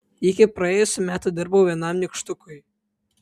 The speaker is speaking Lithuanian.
iki praėjusių metų dirbau vienam nykštukui